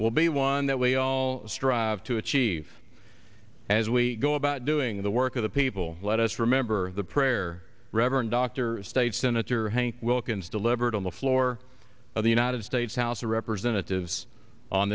will be one that we all strive to achieve as we go about doing the work of the people let us remember the prayer reverend dr state senator hank wilkins delivered on the floor of the united states house of representatives on